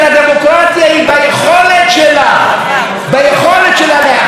להכיל גם את הדברים שאנחנו לא אוהבים.